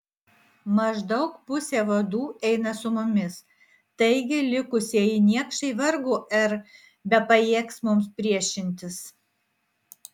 maždaug pusė vadų eina su mumis taigi likusieji niekšai vargu ar bepajėgs mums priešintis